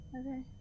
okay